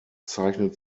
zeichnet